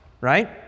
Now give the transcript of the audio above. right